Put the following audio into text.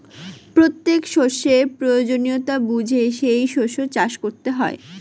প্রত্যেক শস্যের প্রয়োজনীয়তা বুঝে সেই শস্য চাষ করতে হয়